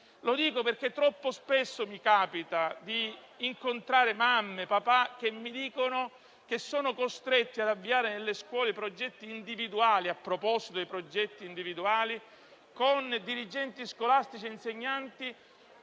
Lo dico perché troppo spesso mi capita di incontrare mamme e papà che mi dicono che sono costretti ad avviare nelle scuole progetti individuali con dirigenti scolastici e insegnanti,